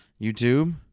YouTube